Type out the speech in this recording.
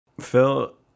Phil